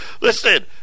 Listen